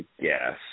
Yes